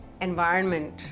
environment